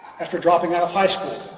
after dropping out of high school.